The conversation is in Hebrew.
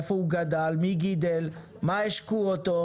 איפה הוא גדל, מי גדל אותו, מה השקו אותו?